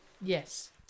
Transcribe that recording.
Yes